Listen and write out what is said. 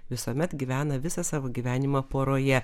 visuomet gyvena visą savo gyvenimą poroje